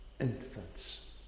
infants